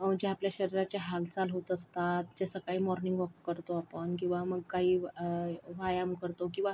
जे आपल्या शरीराची हालचाल होत असतात जे सकाळी मॉर्निंग वॉक करतो आपण किंवा मग काही व्यायाम करतो किंवा